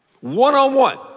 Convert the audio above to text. One-on-one